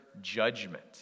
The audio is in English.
judgment